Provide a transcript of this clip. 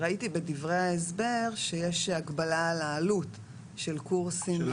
ראיתי בדברי ההסבר שיש הגבלה על העלות של קורסים לעתיד.